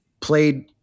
played